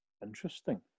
Interesting